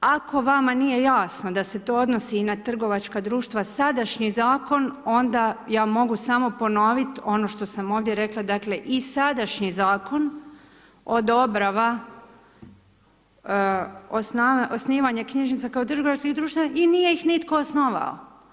Ako vama nije jasno da se to odnosi i na trgovačka društva sadašnji zakon onda ja mogu samo ponoviti ono što sam ovdje rekla, dakle i sadašnji zakon odobrava osnivanje knjižnica kao trgovačkih društava i nije ih nitko osnovao.